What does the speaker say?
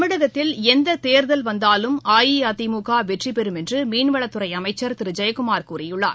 தமிழகத்தில் எந்த தேர்தல் வந்தாலும் அஇஅதிமுக வெற்றி பெறும் என்று மீன்வளத்துறை அமைச்சர் திரு ஜெயக்குமார் கூறியுள்ளார்